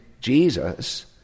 Jesus